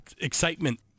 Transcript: excitement